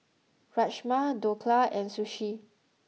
Rajma Dhokla and Sushi